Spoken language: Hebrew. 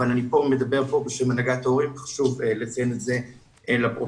אבל כאן אני בשם הנהגת ההורים וחשוב לציין זאת לפרוטוקול.